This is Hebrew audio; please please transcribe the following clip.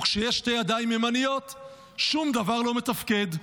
וכשיש שתי ידיים ימניות שום דבר לא מתפקד.